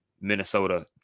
Minnesota